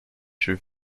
jeux